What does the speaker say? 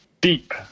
deep